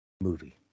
movie